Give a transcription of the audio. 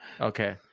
Okay